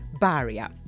barrier